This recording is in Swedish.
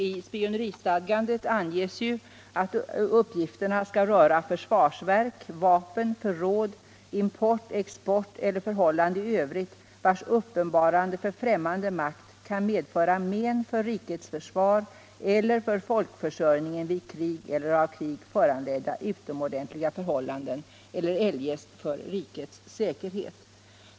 I spioneristadgandet anges ju att uppgifterna skall röra försvarsverk, vapen, förråd, import, export eller förhållande i övrigt vars uppenbarande för främmande makt kan medföra men för rikets försvar eller för folkförsörjningen vid krig eller av krig föranledda utomordentliga förhållanden eller eljest för rikets säkerhet.